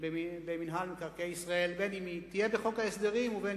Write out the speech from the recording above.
במינהל מקרקעי ישראל, בין שתהיה בחוק ההסדרים ובין